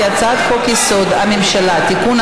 ההצעה להעביר לוועדה את הצעת חוק-יסוד: הממשלה (תיקון,